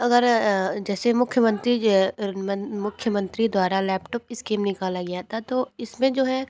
अगर जैसे मुख्यमंत्री जो है मन मुख्यमंत्री द्वारा लैपटॉप स्कीम निकाला गया था तो इसमें जो है